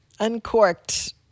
uncorked